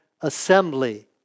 assembly